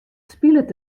spilet